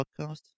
podcast